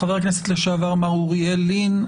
חבר הכנסת לשעבר מר אוריאל לין,